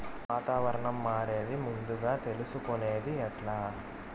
వాతావరణం మారేది ముందుగా తెలుసుకొనేది ఎట్లా?